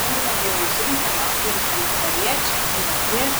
naujo geležinkelio aplenkiant pariečę ne tiek